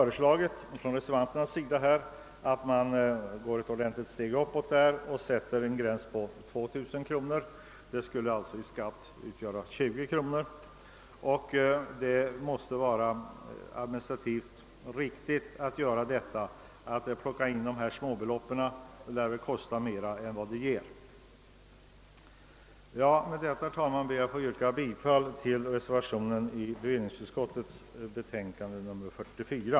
Reservanterna har föreslagit att gränsen sätts vid 2000 kronor, som skulle innebära 20 kronor i skatt. Detta måste vara administrativt riktigt, ty att inkassera småbelopp lär kosta mer än det ger. Herr talman! Jag ber att få yrka bifall till reservationen vid bevillningsutskottets betänkande nr 44.